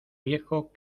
viejo